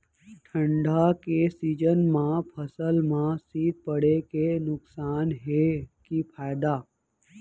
ठंडा के सीजन मा फसल मा शीत पड़े के नुकसान हे कि फायदा?